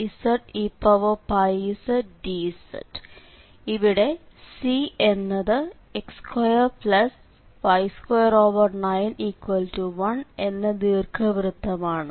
ഇവിടെ C എന്നത് x2y291 എന്ന ദീർഘവൃത്തമാണ്